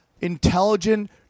intelligent